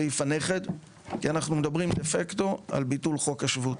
סעיף הנכד כי אנחנו מדברים דה פקטו על ביטול חוק השבות.